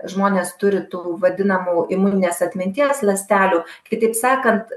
žmonės turi tų vadinamų imuninės atminties ląstelių kitaip sakant